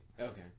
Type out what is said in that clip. okay